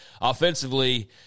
offensively